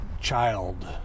child